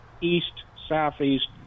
east-southeast